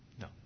No